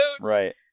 Right